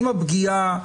עם הפגיעה.